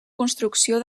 construcció